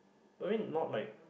I mean not like